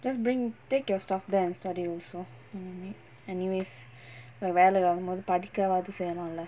just bring take your stuff there and study also mm anyways ஒனக்கு வேல இல்லாத போது படிக்கயாவது செய்யலாம்ல:onakku vela illaatha pothu padikayaavathu seiyalaamla